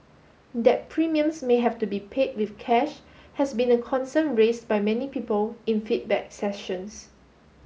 that premiums may have to be paid with cash has been a concern raise by many people in feedback sessions